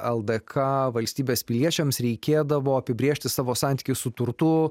ldk valstybės piliečiams reikėdavo apibrėžti savo santykį su turtu